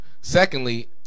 Secondly